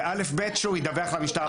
זה א'-ב' שהוא ידווח למשטרה,